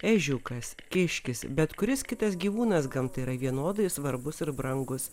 ežiukas kiškis bet kuris kitas gyvūnas gamtai yra vienodai svarbus ir brangus